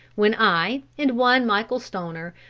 when i, and one michael stoner,